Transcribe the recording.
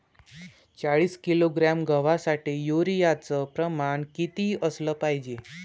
चाळीस किलोग्रॅम गवासाठी यूरिया च प्रमान किती असलं पायजे?